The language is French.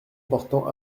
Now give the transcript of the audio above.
portant